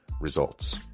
results